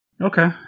Okay